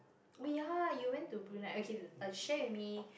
oh yeah you went to Brunei okay share with me